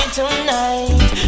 tonight